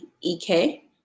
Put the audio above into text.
EK